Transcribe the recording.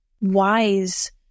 wise